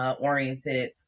oriented